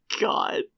God